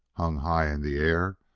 hung high in the air,